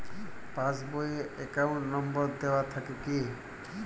Pass বই এ account number দেওয়া থাকে কি?